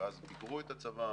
ואז ביגרו את הצבא,